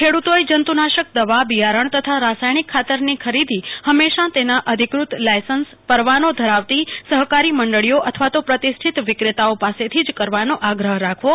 ખેડૂતોએ જં તુ નાશક દવા બિયારણ તથા રાસાયણિક ખાતરની ખરીદી હંમેશા તેના અધિકૃત લાયસન્સપરવાનો ધરાવતી સહકારી મંડળીઓ અથવા તો પ્રતિષ્ઠિત વિકેતાઓ પાસેથી જ કરવાનો આગ્રહ રાખવો